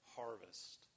harvest